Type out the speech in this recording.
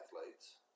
athletes